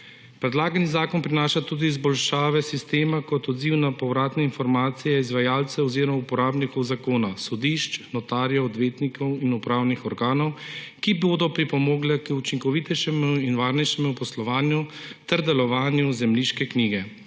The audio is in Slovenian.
Predlagani zakon prinaša tudi izboljšave sistema kot odziv na povratne informacije izvajalcev oziroma uporabnikov zakona, sodišč, notarjev, odvetnikov in upravnih organov, ki bodo pripomogle k učinkovitejšemu in varnejšemu poslovanju ter delovanju zemljiške knjige.